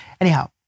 Anyhow